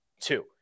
two